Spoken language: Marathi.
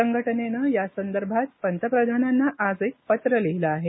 संघटनेनं या संदर्भात पंतप्रधानांना आज एक पत्र लिहिलं आहे